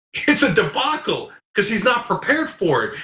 it's a debacle cuz he's not prepared for it.